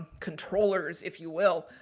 controllers if you will,